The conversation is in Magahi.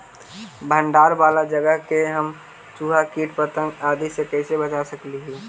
भंडार वाला जगह के हम चुहा, किट पतंग, आदि से कैसे बचा सक हिय?